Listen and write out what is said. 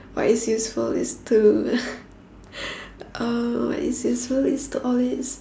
what is useful is to uh what is useful is to always